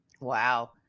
Wow